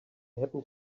happen